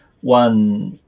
one